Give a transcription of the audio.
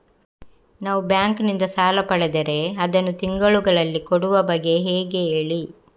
ನಾವು ಬ್ಯಾಂಕ್ ನಿಂದ ಸಾಲ ಪಡೆದರೆ ಅದನ್ನು ತಿಂಗಳುಗಳಲ್ಲಿ ಕೊಡುವ ಬಗ್ಗೆ ಹೇಗೆ ಹೇಳಿ